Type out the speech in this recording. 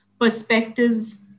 perspectives